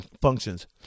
functions